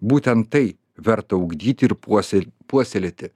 būtent tai verta ugdyti ir puosel puoselėti